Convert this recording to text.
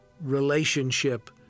relationship